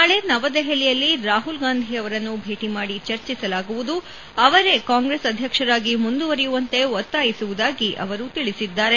ನಾಳಿ ನವದೆಹಲಿಯಲ್ಲಿ ರಾಹುಲ್ ಗಾಂಧಿ ಅವರನ್ನು ಭೇಟಿ ಮಾಡಿ ಚರ್ಚಿಸಲಾಗುವುದು ಅವರೇ ಕಾಂಗ್ರೆಸ್ ಅಧ್ಯಕ್ಷರಾಗಿ ಮುಂದುವರೆಯುವಂತೆ ಒತ್ತಾಯಿಸುವುದಾಗಿ ಅವರು ತಿಳಿಸಿದ್ದಾರೆ